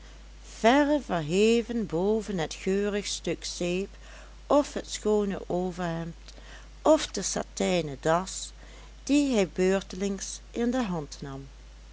verre verheven boven het geurig stuk zeep of het schoone overhemd of de satijnen das die hij beurtelings in de hand nam